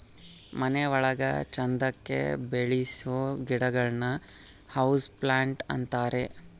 ಮನೆ ಒಳಗ ಚಂದಕ್ಕೆ ಬೆಳಿಸೋ ಗಿಡಗಳನ್ನ ಹೌಸ್ ಪ್ಲಾಂಟ್ ಅಂತಾರೆ